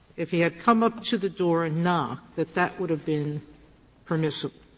if he had come up to the door and knocked, that that would have been permissible,